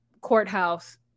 courthouse